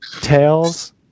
Tails